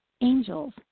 angels